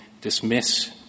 dismiss